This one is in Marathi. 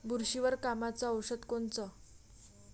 बुरशीवर कामाचं औषध कोनचं?